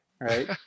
right